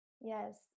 Yes